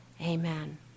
amen